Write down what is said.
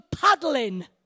paddling